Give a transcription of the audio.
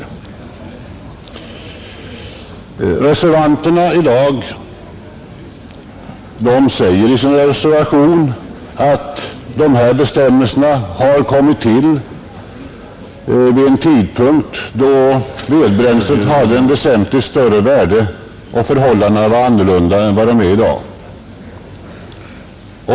I reservationen till dagens utskottsbetänkande framhålles, att dessa bestämmelser har kommit till vid en tid då vedbränslet hade ett väsentligt större värde och då även förhållandena i övrigt var väsentligt annorlunda än i dag.